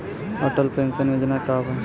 Atal pension योजना का बा?